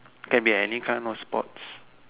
can be any kind of sports